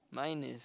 mine is